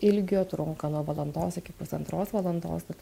ilgio trunka nuo valandos iki pusantros valandos tad